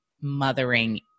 mothering